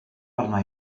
arna